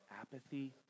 apathy